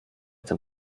zum